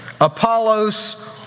Apollos